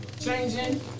changing